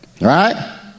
Right